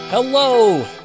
Hello